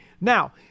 now